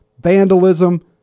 vandalism